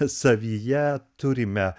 savyje turime